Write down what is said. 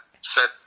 set